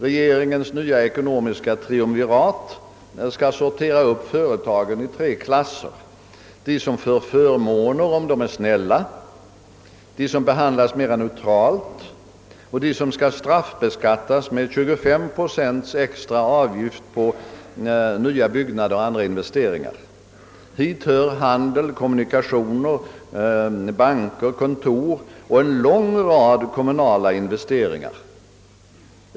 Regeringens nya ekonomiska triumvirat skall sortera upp företagen i tre klasser: de som får förmåner om de är snälla, de som behandlas mera neutralt och de som skall straffbeskattas med 25 procent extra avgift på nya byggnader och andra investeringar. Hit hör handel, kommunikationer, banker, kontor och en lång rad kommunala investering ar.